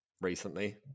recently